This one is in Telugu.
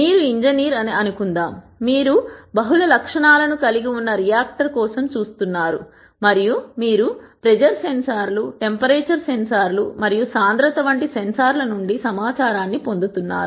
మీరు ఇంజనీర్ అని అనుకుందాం మరియు మీరు బహుళ లక్షణాలను కలిగి ఉన్న రియాక్టర్ కోసం చూస్తున్నారు మరియు మీరు ప్రెజర్ సెన్సార్లు టెంపరేచర్ సెన్సార్లు మరియు సాంద్రత వంటి సెన్సార్ల నుండి సమాచారాన్ని పొందుతున్నారు